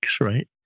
right